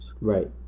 Right